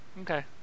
Okay